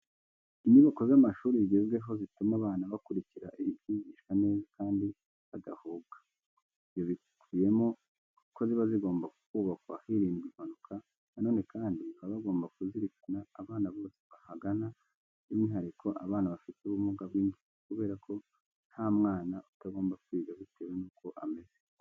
Inyubako z'amashuri zigezweho zituma abana bakurikira ibyigishwa neza kandi badahuga. Ibyo bikubiyemo ko ziba zigomba kubakwa hirindwa impanuka. Na none kandi, baba bagomba kuzirikana abana bose bahagana, by'umwihariko abana bafite ubumuga bw'ingingo kubera ko nta mwana utagomba kwiga bitewe nuko ameze.